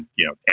you know, and